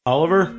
Oliver